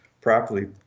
properly